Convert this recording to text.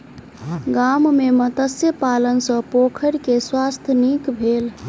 गाम में मत्स्य पालन सॅ पोखैर के स्वास्थ्य नीक भेल